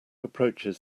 approaches